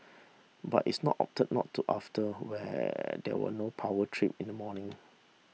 but its not opted not to after where there were no power trip in the morning